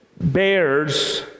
bears